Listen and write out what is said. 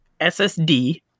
SSD